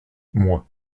moi